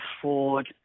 afford